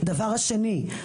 דבר שני,